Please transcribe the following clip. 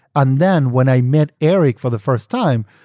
and then when i met eric for the first time,